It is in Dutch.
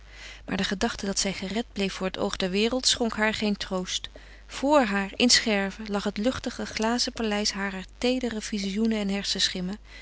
maar de gedachte dat zij gered bleef voor het oog der wereld schonk haar geen troost vr haar in scherven lag het luchtige glazen paleis harer teedere vizioenen en hersenschimmen